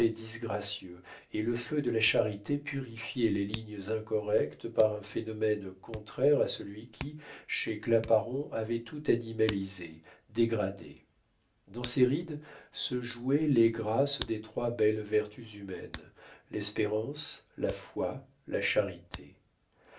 disgracieux et le feu de la charité purifiait les lignes incorrectes par un phénomène contraire à celui qui chez claparon avait tout animalisé dégradé dans ses rides se jouaient les grâces des trois belles vertus humaines l'espérance la foi la charité